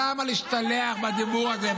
למה להשתלח בדיבור הזה,